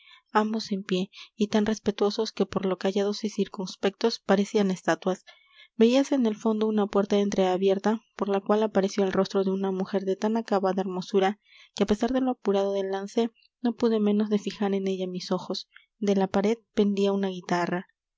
ambos en pie y tan respetuosos que por lo callados y circunspectos parecían estatuas veíase en el fondo una puerta entreabierta por la cual apareció el rostro de una mujer de tan acabada hermosura que a pesar de lo apurado del lance no pude menos de fijar en ella mis ojos de la pared pendía una guitarra